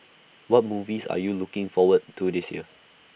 what movies are you looking forward to this year